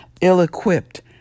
ill-equipped